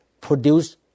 produce